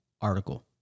article